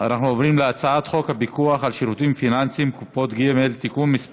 סכנת סגירה של בתי-אבות סיעודיים עקב אי-עמידה